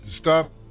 stop